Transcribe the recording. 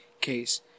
case